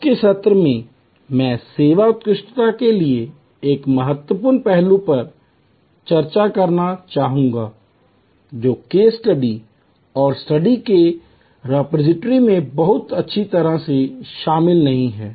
आज के सत्र में मैं सेवा उत्कृष्टता के लिए एक और महत्वपूर्ण पहलू पर चर्चा करना चाहूंगा जो केस स्टडी और रिपोर्ट के रिपॉजिटरी में बहुत अच्छी तरह से शामिल नहीं है